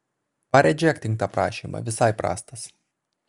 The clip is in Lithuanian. paredžektink tą prašymą visai prastas